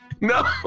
No